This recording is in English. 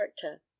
character